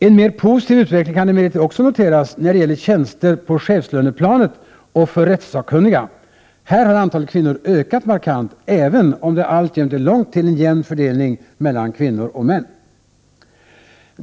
En mer positiv utveckling kan emellertid också noteras när det gäller tjänster på chefslöneplanet och för rättssakkunniga. Här har antalet kvinnor ökat markant, även om det alltjämt är långt till en jämn fördelning mellan kvinnor och män.